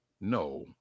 No